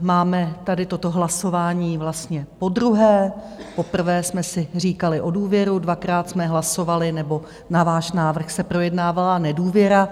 Máme tady toto hlasování vlastně podruhé, poprvé jsme si říkali o důvěru, dvakrát jsme hlasovali, nebo na váš návrh se projednávala nedůvěra.